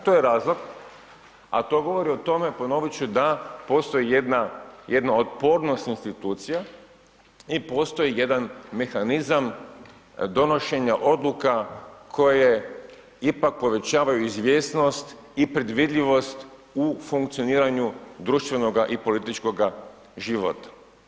To je razlog, a to govori o tome, ponoviti ću, da postoji jedno, jedna otpornost institucija i postoji jedan mehanizam donošenja odluka, koje ipak povećavaju izvjesnost i predvidljivost u funkcioniranju društvenoga i političkoga života.